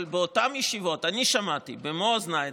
אבל באותן ישיבות אני שמעתי במו אוזניי,